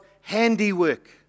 handiwork